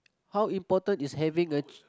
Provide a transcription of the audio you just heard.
how important is having a ch~